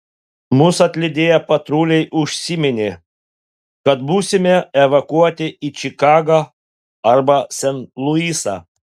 mus atlydėję patruliai užsiminė kad būsime evakuoti į čikagą arba sent luisą